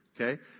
Okay